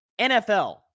NFL